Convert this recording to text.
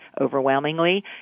overwhelmingly